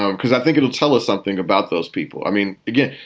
um because i think it'll tell us something about those people i mean, again,